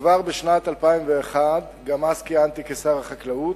וכבר בשנת 2001, גם אז כיהנתי כשר החקלאות,